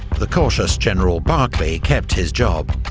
the cautious general barclay kept his job,